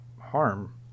harm